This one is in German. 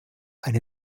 eine